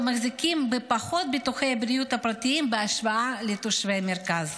ומחזיקים בפחות ביטוחי בריאות פרטיים בהשוואה לתושבי המרכז.